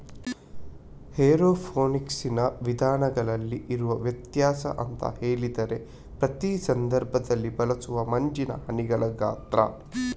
ಏರೋಫೋನಿಕ್ಸಿನ ವಿಧಗಳಲ್ಲಿ ಇರುವ ವ್ಯತ್ಯಾಸ ಅಂತ ಹೇಳಿದ್ರೆ ಪ್ರತಿ ಸಂದರ್ಭದಲ್ಲಿ ಬಳಸುವ ಮಂಜಿನ ಹನಿಗಳ ಗಾತ್ರ